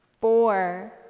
four